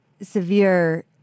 severe